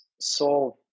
solve